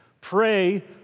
pray